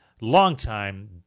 longtime